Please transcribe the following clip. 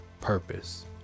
purpose